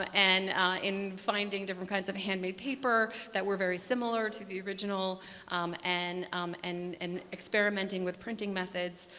and in finding different kinds of handmade paper that were very similar to the original and um and and experimenting with printing methods,